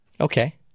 Okay